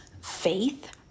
faith